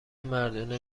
مردونه